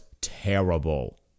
terrible